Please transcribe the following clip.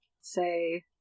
say